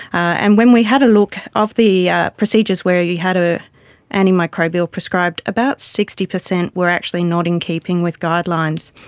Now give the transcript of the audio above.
and when we had a look, of the procedures were you had an ah antimicrobial prescribed, about sixty percent were actually not in keeping with guidelines,